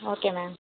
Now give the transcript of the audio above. okay ma'am